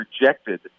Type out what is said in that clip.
rejected